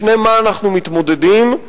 עם מה אנחנו מתמודדים.